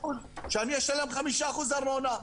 --- שאני אשלם 5% ארנונה,